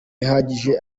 ihagije